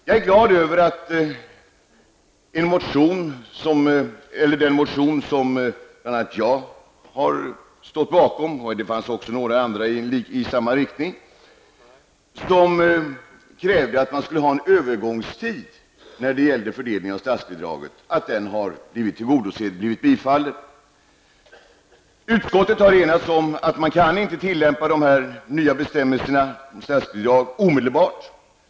Jag är glad över att den motion som bl.a. jag står bakom -- det finns andra motioner som gick i samma riktning -- och där jag kräver en övergångstid när det gäller fördelning av statsbidrag har tillstyrkts. Utskottet har enhälligt konstaterat att man inte kan tillämpa de nya bestämmelserna om statsbidrag omedelbart.